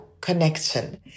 connection